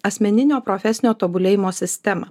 asmeninio profesinio tobulėjimo sistemą